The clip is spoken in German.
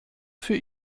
für